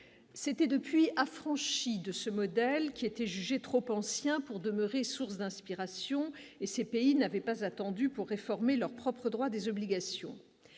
c'était depuis affranchi de ce modèle, qui était jugé trop anciens pour demeurer, source d'inspiration et ces pays n'avait pas attendu pour réformer leur propre droit des obligations,